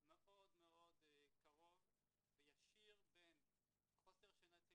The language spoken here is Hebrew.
מאוד קרוב וישיר בין חוסר שינה אצל